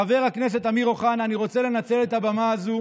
חבר הכנסת אמיר אוחנה, אני רוצה לנצל את הבמה הזאת